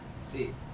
See